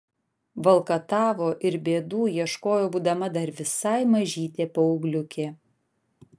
valkatavo ir bėdų ieškojo būdama dar visai mažytė paaugliukė